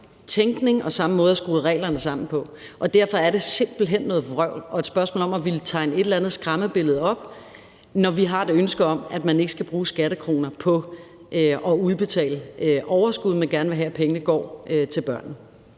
tænkning og samme måde at skrue reglerne sammen på, og derfor er det simpelt hen noget vrøvl og et spørgsmål om at ville tegne et eller andet skræmmebillede. Vi har et ønske om, at man ikke skal bruge skattekroner på at udbetale overskud, men vil gerne have, at pengene går til børnene.